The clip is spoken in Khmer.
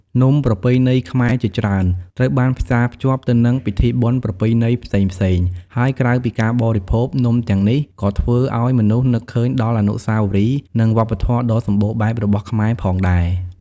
នំប្រពៃណីខ្មែរជាច្រើនត្រូវបានផ្សារភ្ជាប់ទៅនឹងពិធីបុណ្យប្រពៃណីផ្សេងៗ ហើយក្រៅពីការបរិភោគ នំទាំងនេះក៏ធ្វើឲ្យមនុស្សនឹកឃើញដល់អនុស្សាវរីយ៍ និងវប្បធម៌ដ៏សម្បូរបែបរបស់ខ្មែរផងដែរ។